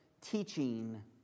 teaching